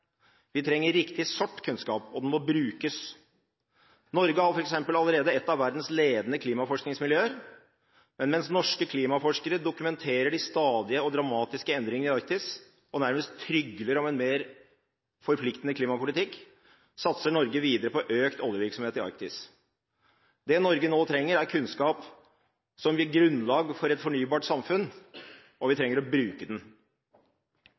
Vi trenger riktig sort kunnskap, og den må brukes. Norge har f.eks. allerede et av verdens ledende klimaforskningsmiljøer. Men mens norske klimaforskere dokumenterer de stadige og dramatiske endringer i Arktis og nærmest trygler om en mer forpliktende klimapolitikk, satser Norge videre på økt oljevirksomhet i Arktis. Det Norge nå trenger, er kunnskap som gir grunnlag for et fornybart samfunn, og vi trenger å bruke den.